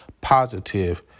positive